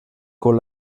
con